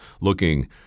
looking